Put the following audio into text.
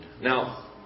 Now